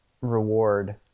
reward